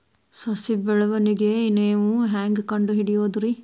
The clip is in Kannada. ಸಸಿ ಬೆಳವಣಿಗೆ ನೇವು ಹ್ಯಾಂಗ ಕಂಡುಹಿಡಿಯೋದರಿ?